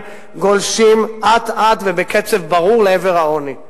גולשים אט-אט ובקצב ברור לעבר העוני.